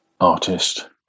artist